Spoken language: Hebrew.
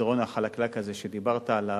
למדרון החלקלק הזה שדיברת עליו,